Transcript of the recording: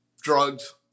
drugs